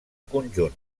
conjunt